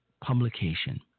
publication